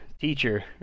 teacher